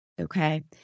okay